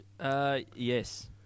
Yes